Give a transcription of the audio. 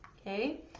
Okay